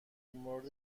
مورد